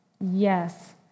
yes